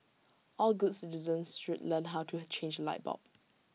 all good citizens should learn how to change A light bulb